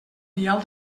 vial